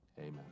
amen